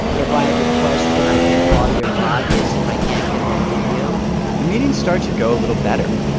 if i have a question, i can call your lobbyist if i can't get hold of you the meetings start to go a little better.